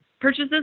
purchases